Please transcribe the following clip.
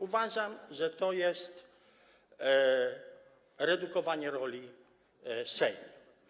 Uważam, że to jest redukowanie roli Sejmu.